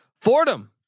Fordham